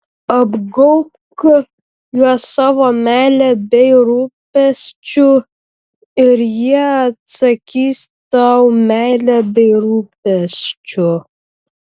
apgaubk juos savo meile bei rūpesčiu ir jie atsakys tau meile bei rūpesčiu